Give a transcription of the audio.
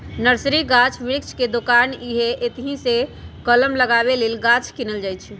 nursery गाछ वृक्ष के दोकान हइ एतहीसे कलम लगाबे लेल गाछ किनल जाइ छइ